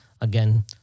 Again